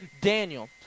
Daniel